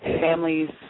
families